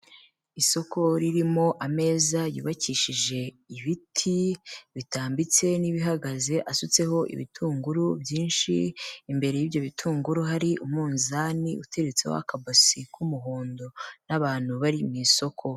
Isoko ririmo ameza yubakishije ibiti bitambitse n'ibihagaze, asutseho ibitunguru byinshi, imbere y'ibyo bitunguru hari umunzani uteretseho akabase k'umuhondo, n'abantu bari mu isoko.